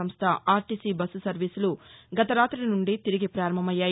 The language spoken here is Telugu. సంస్థ ఆర్టీసీ బస్సు సర్వీసులు గతరాతి నుండి తిరిగి పారంభమయ్యాయి